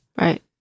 right